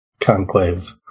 conclave